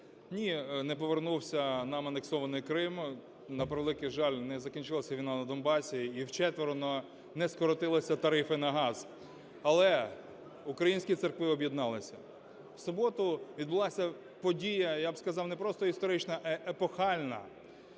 Ні, не повернувся нам анексований Крим, на превеликий жаль, не закінчилась війна на Донбасі і вчетверо не скоротилися тарифи на газ, але українські церкви об'єдналися. В суботу відбулася подія, я сказав би, не просто історична, а епохальна.